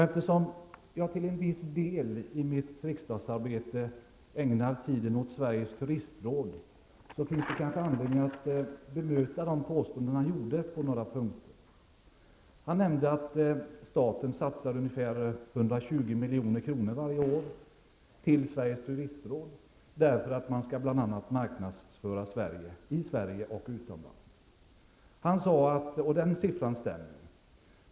Eftersom jag till en viss del i mitt riksdagsarbete ägnar min tid åt Sveriges turistråd, finns det kanske anledning att bemöta de påståenden han framförde på några punkter. Bert Karlsson nämnde att staten satsar ungefär 120 milj.kr. varje år till Sveriges turistråd, för att bl.a. marknadsföra Sverige i Sverige och utomlands. Den siffran stämmer.